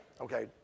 Okay